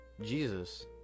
Jesus